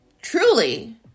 Truly